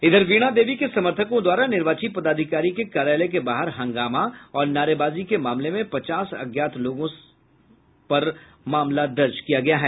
इधर वीणा देवी के समर्थकों द्वारा निर्वाची पदाधिकारी के कार्यालय के बाहर हंगामा और नारेबाजी के मामले में पचास अज्ञात लोगों समर्थकों पर मामला दर्ज किया गया है